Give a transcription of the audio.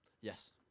yes